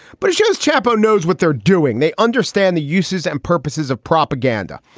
but it shows chapo knows what they're doing. they understand the uses and purposes of propaganda.